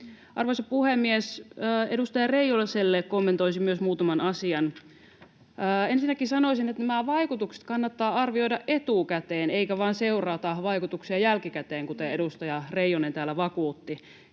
Arvoisa puhemies! Myös edustaja Reijoselle kommentoisin muutaman asian: Ensinnäkin sanoisin, että nämä vaikutukset kannattaa arvioida etukäteen eikä vain seurata vaikutuksia jälkikäteen, kuten edustaja Reijonen täällä vakuutti.